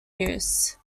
use